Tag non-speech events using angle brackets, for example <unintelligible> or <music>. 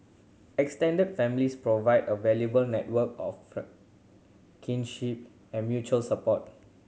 extended families provide a valuable network of <unintelligible> kinship and mutual support